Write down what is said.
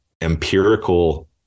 empirical